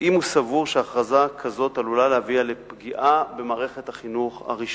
אם הוא סבור שהכרזה כזאת עלולה להביא לפגיעה במערכת החינוך הרשמית.